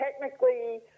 technically